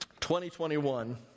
2021